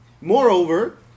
Moreover